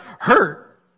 hurt